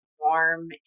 warm